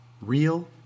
Real